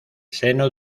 seno